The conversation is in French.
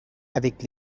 avec